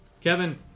Kevin